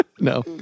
No